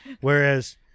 Whereas